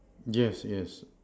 yes yes